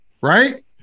right